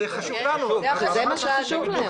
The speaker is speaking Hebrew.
זה מה שחשוב להם.